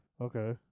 Okay